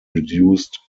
reduced